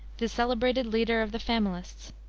the celebrated leader of the familists,